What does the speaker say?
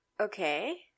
Okay